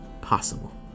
possible